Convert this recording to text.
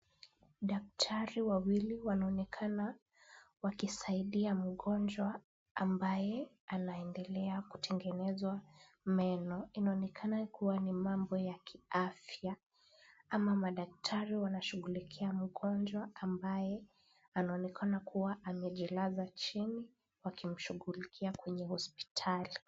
Daktari wawili wanaonekana wakisaidia mgonjwa ambaye anaendelea kutengenezwa meno. Inaonekana kuwa ni mambo ya kiafya ama madaktari wanashughulikia mgonjwa ambaye anaonekana kuwa amejilaza chini, wakimshughulikia kwenye hospitali.